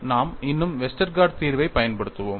நாம் இன்னும் வெஸ்டர்கார்ட் தீர்வைப் பயன்படுத்துவோம்